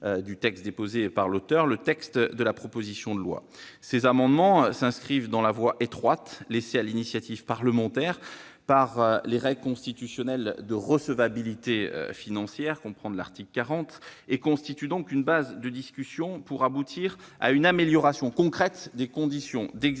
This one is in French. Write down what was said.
poursuivi par l'auteur, le contenu de la proposition de loi. Ces amendements s'inscrivent dans la voie étroite laissée à l'initiative parlementaire par les règles constitutionnelles de recevabilité financière, c'est-à-dire l'article 40 de la Constitution, et constituent donc une base de discussion pour aboutir à une amélioration concrète des conditions d'exercice